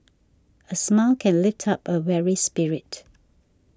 a smile can often lift up a weary spirit